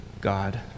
God